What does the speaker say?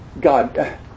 God